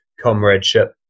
comradeship